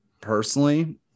personally